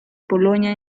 polonia